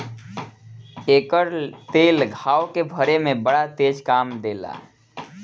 एकर तेल घाव के भरे में बड़ा तेज काम देला